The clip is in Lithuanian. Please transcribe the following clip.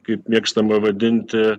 kaip mėgstama vadinti